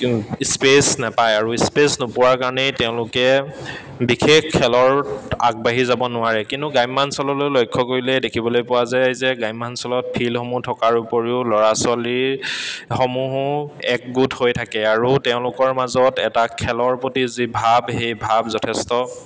space নাপায় আৰু space নোপোৱাৰ কাৰণেই তেওঁলোকে বিশেষ খেলৰ আগবাঢ়ি যাব নোৱাৰে কিন্তু গ্ৰাম্যাঞ্চললৈ লক্ষ্য কৰিলে দেখিবলৈ পোৱা যায় যে গ্ৰাম্যাঞ্চলত ফিল্ডসমূহ থকাৰ উপৰিও ল'ৰা ছোৱালীৰসমূহো একগোট হৈ থাকে আৰু তেওঁলোকৰ মাজত এটা খেলৰ প্ৰতি যি ভাব সেই ভাব যথেষ্ট